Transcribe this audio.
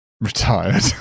Retired